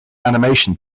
animation